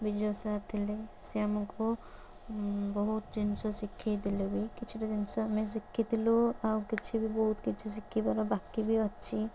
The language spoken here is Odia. ବିଜୟ ସାର୍ ଥିଲେ ସେ ଆମକୁ ବହୁତ ଜିନିଷ ଶିଖାଇ ଥିଲେ ବି କିଛିଟା ଜିନିଷ ଆମେ ଶିଖିଥିଲୁ ଆଉ କିଛି ବି ବହୁତ କିଛି ଶିଖିବାର ବାକି ବି ଅଛି